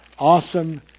Awesome